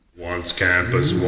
once campus